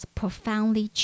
profoundly